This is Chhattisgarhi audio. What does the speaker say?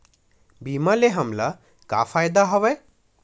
बीमा ले हमला का फ़ायदा हवय?